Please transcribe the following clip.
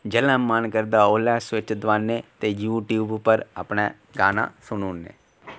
जेल्लै मन करदा ओल्लै गै अस सुच दबाने यूटयूब उप्पर अपने गाना सुनी ओड़ने